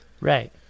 Right